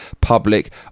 public